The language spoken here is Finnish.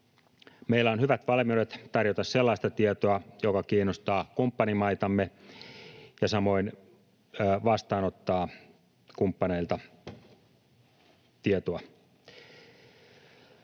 Meillä on hyvät valmiudet tarjota sellaista tietoa, joka kiinnostaa kumppanimaitamme, ja samoin vastaanottaa kumppaneilta tietoa.